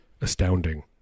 astounding